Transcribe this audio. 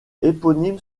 éponine